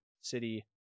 city